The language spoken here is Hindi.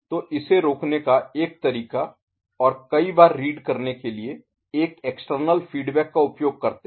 तो इसे रोकने का एक तरीका और कई बार रीड करने के लिए एक एक्सटर्नल External बाहरी फीडबैक का उपयोग करते हैं